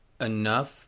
enough